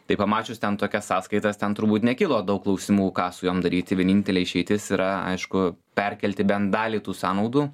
tai pamačius ten tokias sąskaitas ten turbūt nekilo daug klausimų ką su jom daryti vienintelė išeitis yra aišku perkelti bent dalį tų sąnaudų